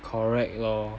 correct lor